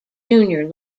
junior